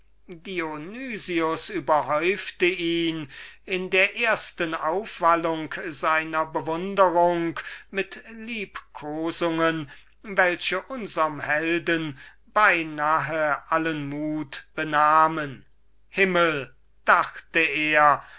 überhäufte ihn in der ersten aufwallung seiner bewunderung mit liebkosungen welche unserm helden beinahe allen mut benahmen himmel dachte er